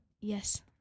Yes